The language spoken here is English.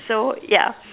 so ya